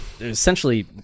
essentially